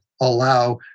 allow